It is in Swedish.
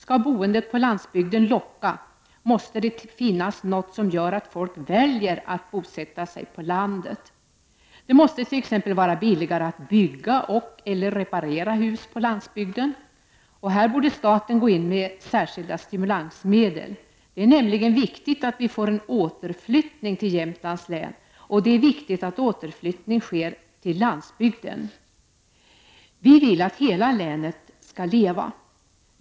Skall boendet på landsbygden locka, måste det finnas något som gör att folk väljer att bosätta sig på landet. Det måste t.ex. vara billigare att bygga och/eller reparera hus på landsbygden. Här borde staten gå in med särskilda stimulansmedel. Det är nämligen viktigt att vi får återflyttning till Jämtlands län, och det är viktigt att återflyttning sker till landsbygden. Vi vill att hela länet skall leva.